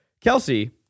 Kelsey